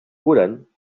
curen